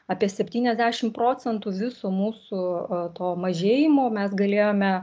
apie septyniasdešim procentų viso mūsų a to mažėjimo mes galėjome